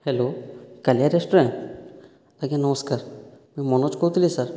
hello Kalia restaurant ଆଜ୍ଞା ନମସ୍କାର ମୁଇଁ ମନୋଜ କହୁଥିଲିଁ ସାର୍